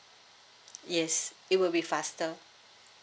yes it will be faster